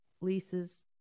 leases